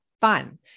fun